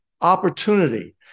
opportunity